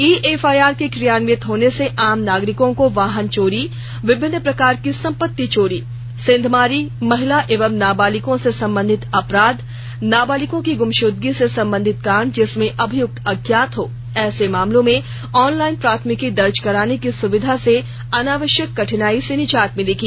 ई FIR के क्रियान्वित होने से आम नागरिकों को वाहन चोरी विभिन्न प्रकार की संपत्ति चोरी सेंधमारी महिला एवं नाबालिगों से संबंधित अपराध नाबालिगों की गुमशुदगी से संबंधित कांड जिसमें अभियुक्त अज्ञात हो ऐसे मामलों में ऑनलाइन प्राथमिकी दर्ज कराने की सुविधा से अनावश्यक कठिनाई से निजात भिलेगी